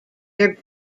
their